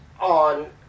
on